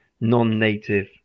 non-native